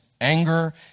anger